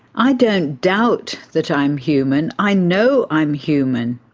i don't doubt that i'm human, i know i'm human.